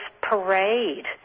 parade